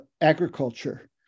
agriculture